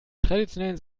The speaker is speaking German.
traditionellen